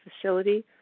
facility